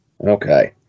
Okay